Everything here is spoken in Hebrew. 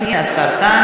הנה, השר כאן.